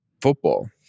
football